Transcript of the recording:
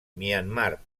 myanmar